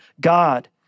God